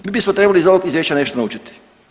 Mi bismo trebali iz ovog izvješća nešto naučiti.